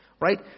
Right